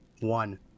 one